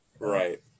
Right